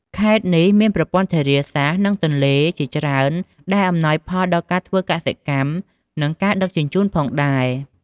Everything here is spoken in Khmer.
ខេត្តនេះមានប្រព័ន្ធធារាសាស្ត្រ និងទន្លេជាច្រើនដែលអំណោយផលដល់ការធ្វើកសិកម្ម និងដឹកជញ្ជូនផងដែរ។